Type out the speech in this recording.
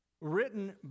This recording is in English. written